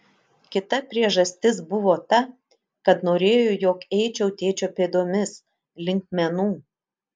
kita priežastis buvo ta kad norėjo jog eičiau tėčio pėdomis link menų